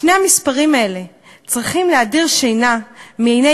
שני המספרים האלה צריכים להדיר שינה מעיני